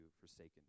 forsaken